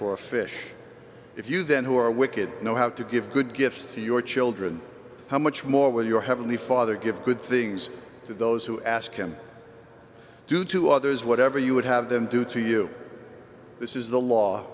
for a fish if you then who are wicked know how to give good gifts to your children how much more will your heavenly father give good things to those who ask and do to others whatever you would have them do to you this is the law